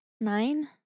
nine